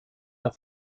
der